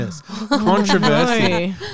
Controversy